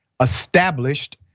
established